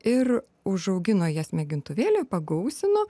ir užaugino jas mėgintuvėly pagausino